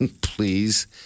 Please